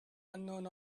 unknown